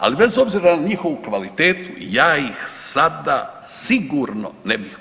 Ali bez obzira na njihovu kvalitetu ja ih sada sigurno ne bih